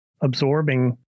absorbing